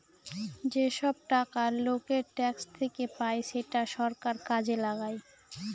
যেসব টাকা লোকের ট্যাক্স থেকে পায় সেটা সরকার কাজে লাগায়